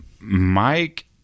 Mike